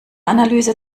analyse